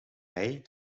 mei